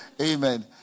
Amen